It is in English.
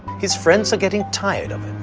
his friends are getting tired of him.